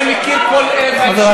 אני מכיר כל אבן שם.